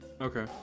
Okay